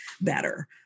better